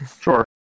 Sure